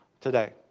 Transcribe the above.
today